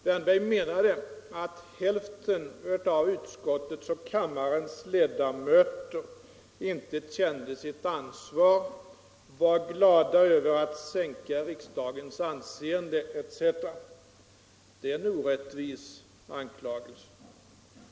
Herr Wärnberg menade att hälften av utskottets och kammarens ledamöter inte kände sitt ansvar, att de var glada över att sänka riksdagens anseende etc. Det är en orättvis anklagelse.